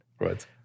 Right